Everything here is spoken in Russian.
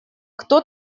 кто